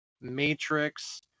Matrix